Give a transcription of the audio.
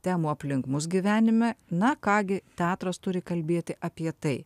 temų aplink mus gyvenime na ką gi teatras turi kalbėti apie tai